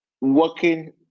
working